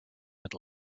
had